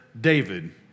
David